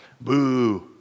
Boo